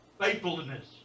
faithfulness